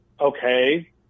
Okay